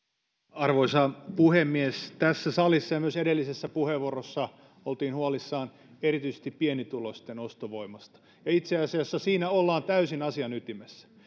arvoisa puhemies tässä salissa ja myös edellisessä puheenvuorossa oltiin huolissaan erityisesti pienituloisten ostovoimasta ja itse asiassa siinä ollaan täysin asian ytimessä